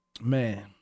Man